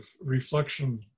reflection